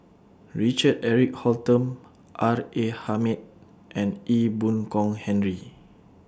Richard Eric Holttum R A Hamid and Ee Boon Kong Henry